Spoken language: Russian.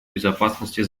безопасности